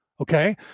Okay